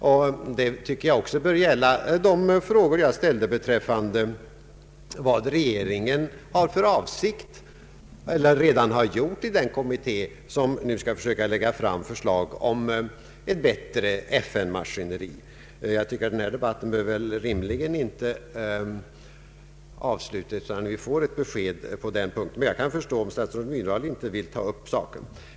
Jag tycker att det också bör gälla de frågor jag ställde beträffande vad regeringen avser att göra eller redan har gjort i den kommitté som nu skall försöka lägga fram förslag om ett bättre FN-maskineri. Jag anser att den na debatt rimligen inte bör avslutas utan att vi får ett besked på den punkten, men jag kan förstå om statsrådet Myrdal inte vill ta upp saken.